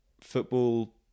football